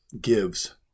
gives